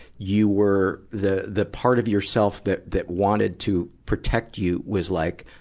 you were the, the, part of yourself that, that wanted to protect you was like,